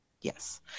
Yes